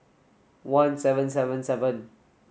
one seven seven seven